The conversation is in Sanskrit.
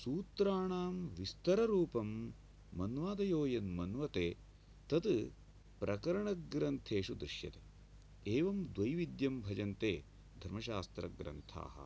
सूत्राणां विस्तर रूपं मन्वादयोयन् मन्वते तत् प्रकरण ग्रन्थेषु दृश्यते एवं द्वैविध्यं भजन्ते धर्मशास्त्रग्रन्थाः